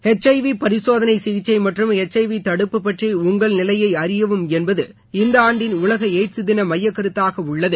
HIV பரிசோதனை சிகிச்சை மற்றும் ஹெச் ஐ வி தடுப்பு பற்றி உங்கள் நிலையை அறியவும் என்பது இந்த ஆண்டின் உலக எயிட்ஸ் தின மையக் கருத்தாக உள்ளது